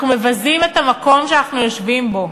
אנחנו מבזים את המקום שאנחנו יושבים בו.